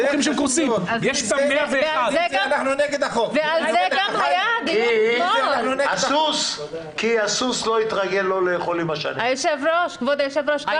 ועל זה גם היה אתמול --- כי הסוס לא התרגל לא לאכול --- כי